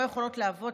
לא יכולות להוות